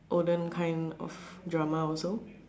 olden kind of drama also